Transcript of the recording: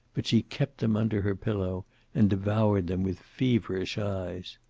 but she kept them under her pillow and devoured them with feverish eyes.